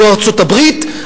ארצות-הברית,